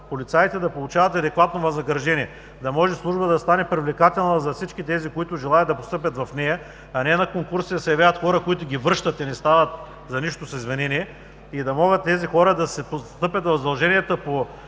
полицаите да получават адекватно възнаграждение. Да може службата да стане привлекателна за всички онези, които желаят да постъпят в нея, а не на конкурси да се явяват хора, които ги връщат – не стават за нищо, с извинение. Да могат тези хора да си встъпят в задълженията по